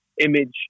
image